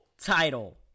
title